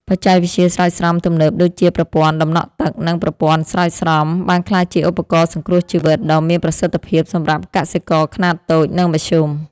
បច្ចេកវិទ្យាស្រោចស្រពទំនើបដូចជា ប្រព័ន្ធដំណក់ទឹក និងប្រព័ន្ធស្រោចស្រព បានក្លាយជាឧបករណ៍សង្គ្រោះជីវិតដ៏មានប្រសិទ្ធភាពសម្រាប់កសិករខ្នាតតូច និងមធ្យម។